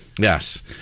Yes